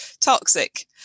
toxic